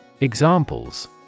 Examples